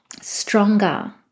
stronger